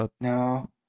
No